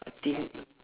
I think